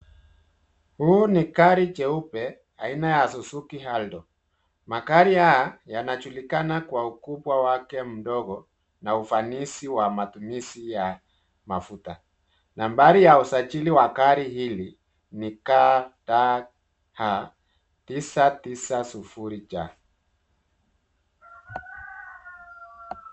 Huu ni gari jeupe, aina ya Suzuki Aldo. Magari haya yanajulikana kwa ukubwa wake mdogo, na ufanisi wa matumizi ya mafuta .Nambari ya usajili wa gari hili ni KDH 990J.